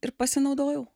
ir pasinaudojau